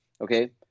Okay